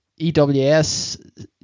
EWS